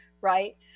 right